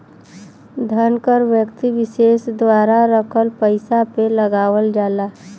धन कर व्यक्ति विसेस द्वारा रखल पइसा पे लगावल जाला